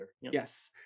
Yes